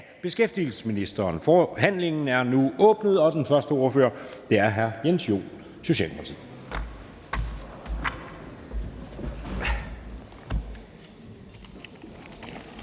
næstformand (Jeppe Søe): Forhandlingen er nu åbnet, og den første ordfører er hr. Jens Joel, Socialdemokratiet.